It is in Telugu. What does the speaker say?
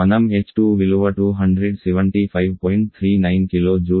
మనం h2 విలువ 275